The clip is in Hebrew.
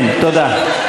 כן, תודה.